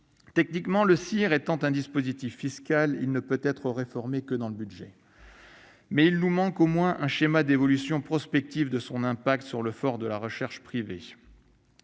Techniquement, le CIR étant un dispositif fiscal, il ne peut être réformé que dans le budget. Mais il nous manque au moins un schéma d'évolution prospective de son impact sur l'effort de recherche privée.